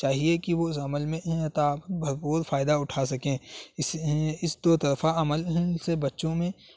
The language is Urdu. چاہیے کہ وہ اس عمل میں بھر پور فائدہ اٹھا سکیں اس اس دو طرفہ عمل سے بچوں میں